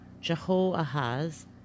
Jehoahaz